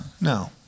No